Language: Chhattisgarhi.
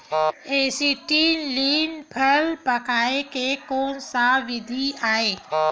एसीटिलीन फल पकाय के कोन सा विधि आवे?